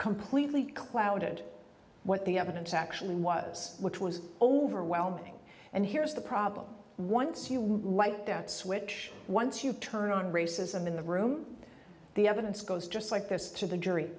completely clouded what the evidence actually was which was overwhelming and here's the problem once you switch once you turn on the racism in the room the evidence goes just like this to the jury